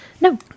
No